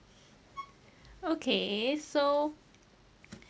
okay so